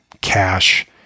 cash